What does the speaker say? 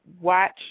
watch